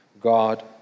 God